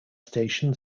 station